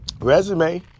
resume